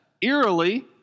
eerily